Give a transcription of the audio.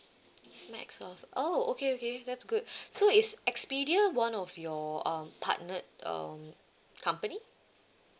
max off oh okay okay that's good so is expedia one of your uh partnered um company